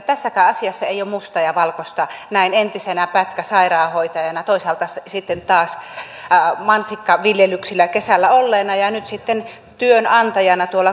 tässäkään asiassa ei ole mustaa ja valkoista näin entisenä pätkäsairaanhoitajana toisaalta sitten taas mansikkaviljelyksillä kesällä olleena ja nyt sitten työnantajana tuolla kotitilalla